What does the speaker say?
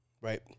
right